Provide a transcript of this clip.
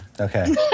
Okay